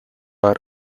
our